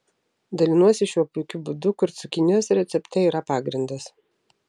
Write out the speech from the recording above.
dalinuosi šiuo puikiu būdu kur cukinijos recepte yra pagrindas